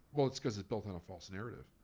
well it's cause it's built on a false narrative.